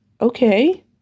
okay